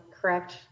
correct